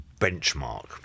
benchmark